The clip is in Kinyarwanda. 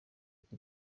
uko